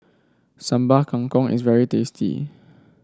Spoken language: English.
Sambal Kangkong is very tasty